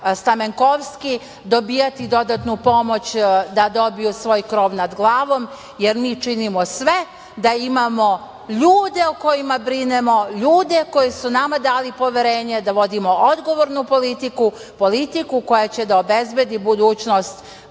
Stamenkovski, dobijati dodatnu pomoć da dobiju svoj krov nad glavom, jer mi činimo sve da imamo ljude o kojima brinemo, ljude koji su nama dali poverenje da vodimo odgovornu politiku, politiku koja će da obezbedi budućnost